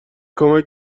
کمک